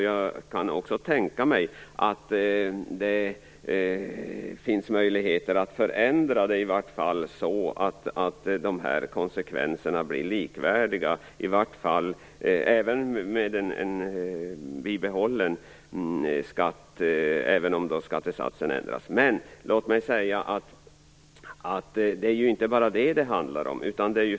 Jag kan också tänka mig att det finns möjligheter att förändra det här så att konsekvenserna blir likvärdiga med en bibehållen skatt och även om skattesatsen ändras. Men låt mig säga att det inte bara är detta det handlar om.